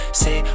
say